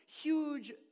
huge